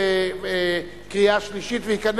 נתקבל.